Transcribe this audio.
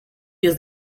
jest